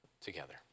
together